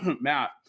Matt